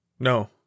No